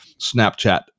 Snapchat